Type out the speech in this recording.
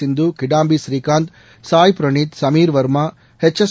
Sindhu Kidambi Srikanth Sai Praneeth Sameer Verma HS